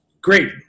Great